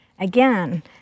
Again